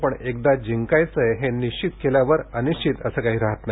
पण एकदा जिंकायचय हे निश्वित केल्यावर अनिश्वित असं काही राहत नाही